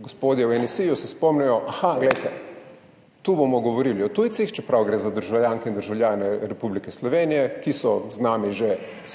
gospodje v NSi se spomnijo, aha, tu bomo govorili o tujcih, čeprav gre za državljanke in državljane Republike Slovenije, ki so z nami že več kot